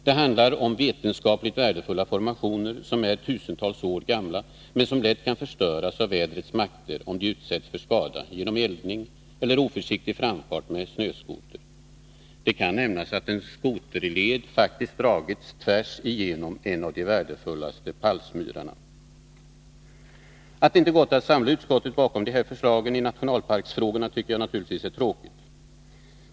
Det handlar om vetenskapligt värdefulla formationer, som är tusentals år gamla men som lätt kan förstöras av vädrets makter, om de utsätts för skada genom eldning eller oförsiktig framfart med snöskoter. Det kan nämnas att en skoterled faktiskt dragits tvärs igenom en av de värdefullaste palsmyrarna. Att det inte gått att samla utskottet bakom förslagen i nationalparksfrågorna tycker jag naturligtvis är tråkigt.